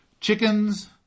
chickens